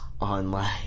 Online